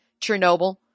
Chernobyl